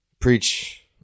preach